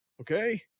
Okay